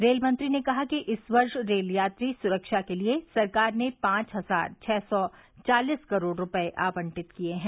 रेलमंत्री ने कहा कि इस वर्ष रेल यात्री सुरक्षा के लिए सरकार ने पांच हजार छः सौ चालिस करोड़ रूपये आवंटित किए हैं